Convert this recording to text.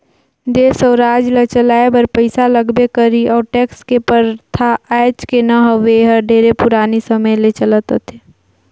देस अउ राज ल चलाए बर पइसा लगबे करही अउ टेक्स के परथा आयज के न हवे एहर ढेरे पुराना समे ले चलत आथे